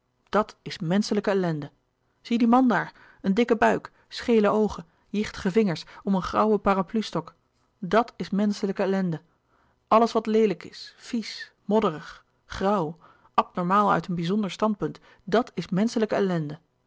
dat is menschelijke ellende zie dien man daar een dikke buik schele oogen jichtige vingers om een grauwe parapluiestok dat is menschelijke ellende alles wat leelijk is vies modderig grauw abnormaal uit een bizonder standpunt dat is menschelijke ellende